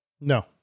No